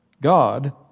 God